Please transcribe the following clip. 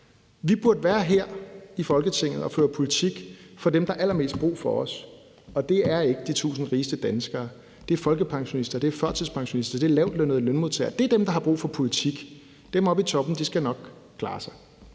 Vi burde være her i Folketinget for at føre politik for dem, der har allermest brug for os, og det er ikke de 1.000 rigeste danskere. Det er folkepensionister. Det er førtidspensionister. Det er lavtlønnede lønmodtagere. Det er dem, der har brug for politik. Dem oppe i toppen skal nok klare sig.